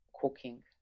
cooking